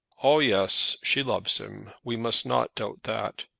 ah, yes she loves him. we must not doubt that.